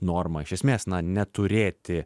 normą iš esmės na neturėti